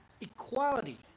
equality